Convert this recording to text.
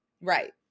right